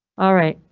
alright,